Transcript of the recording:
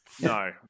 No